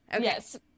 Yes